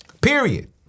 Period